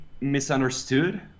misunderstood